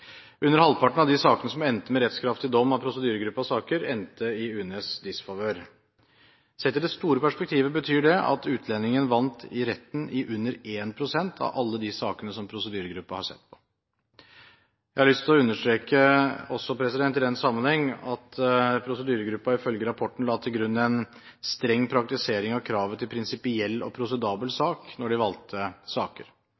Under halvparten av de sakene som endte med rettskraftig dom av prosedyregruppens saker, endte i UNEs disfavør. Sett i det store perspektivet betyr det at utlendingen vant i retten i under 1 pst. av alle de sakene som prosedyregruppen har sett på. Jeg har også lyst til å understreke i den sammenheng at prosedyregruppen ifølge rapporten la til grunn en streng praktisering av kravet til prinsipiell og prosedabel